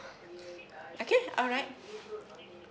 okay alright